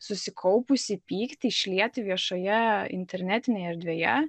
susikaupusį pyktį išlieti viešoje internetinėje erdvėje